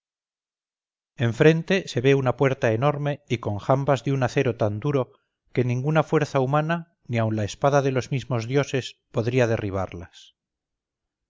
en frente se ve una puerta enorme y con jambas de un acero tan duro que ninguna fuerza humana ni aun la espada de los mismos dioses podría derribarlas